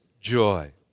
joy